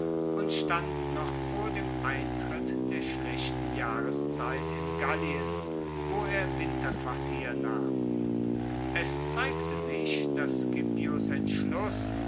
und stand noch vor dem eintritt der schlechten jahreszeit in gallien wo er winterquartier nahm es zeigte sich dass scipios entschluss